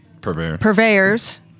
purveyors